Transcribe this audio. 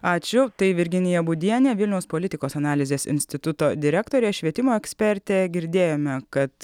ačiū tai virginija būdienė vilniaus politikos analizės instituto direktorė švietimo ekspertė girdėjome kad